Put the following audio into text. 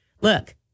Look